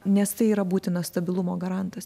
nes tai yra būtinas stabilumo garantas